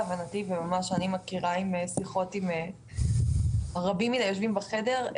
להבנתי וממה שאני מכירה משיחות עם רבים מהיושבים בחדר,